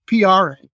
PRA